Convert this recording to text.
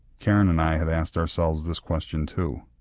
karen and i had asked ourselves this question too.